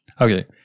Okay